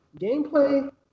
gameplay